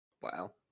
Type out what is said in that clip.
wow